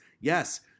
Yes